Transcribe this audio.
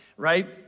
right